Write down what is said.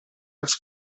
als